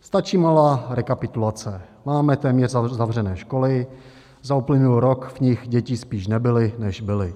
Stačí malá rekapitulace: Máme téměř zavřené školy, za uplynulý rok v nich děti spíš nebyly, než byly.